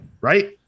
right